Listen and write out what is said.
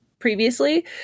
previously